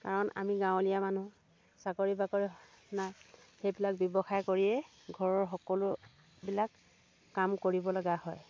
কাৰণ আমি গাঁৱলীয়া মানুহ চাকৰি বাকৰি নাই সেইবিলাক ব্য়ৱসায় কৰিয়ে ঘৰৰ সকলোবিলাক কাম কৰিবলগা হয়